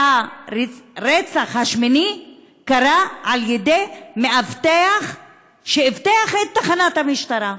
והרצח השמיני קרה על ידי מאבטח שאבטח את תחנת המשטרה.